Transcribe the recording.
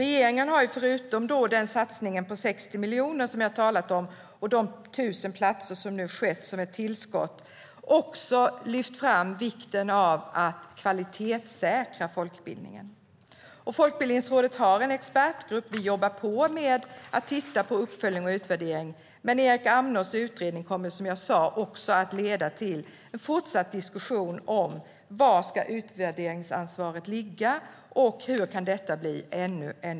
Regeringen har förutom satsningen på 60 miljoner som jag har talat om och de 1 000 platser som nu har tillkommit också lyft fram vikten av att kvalitetssäkra folkbildningen. Folkbildningsrådet har en expertgrupp.